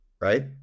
right